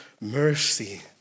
mercy